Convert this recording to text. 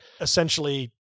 Essentially